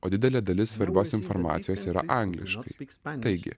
o didelė dalis svarbios informacijos yra angliškai taigi